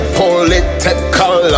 political